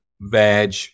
veg